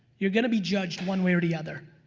you're gonna be judged one way or the other.